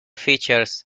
features